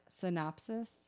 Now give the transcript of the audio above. synopsis